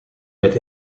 met